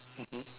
mmhmm